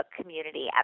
community